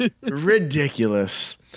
Ridiculous